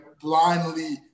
blindly